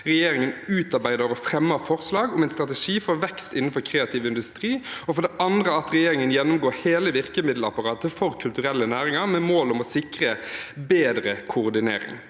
regjeringen utarbeider og fremmer forslag om en strategi for vekst innenfor kreativ industri, og for det andre at regjeringen gjennomgår hele virkemiddelapparatet for kulturelle næringer, med mål om å sikre bedre koordinering.